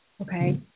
Okay